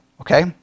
Okay